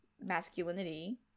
masculinity